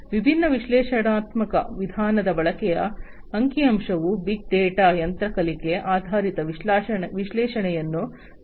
ವಿಭಿನ್ನ ವಿಶ್ಲೇಷಣಾತ್ಮಕ ವಿಧಾನದ ಬಳಕೆಯ ಅಂಕಿಅಂಶವು ಬಿಗ್ ಡೇಟಾ ಯಂತ್ರ ಕಲಿಕೆ ಆಧಾರಿತ ವಿಶ್ಲೇಷಣೆಯನ್ನು ಬಯಸುತ್ತದೆ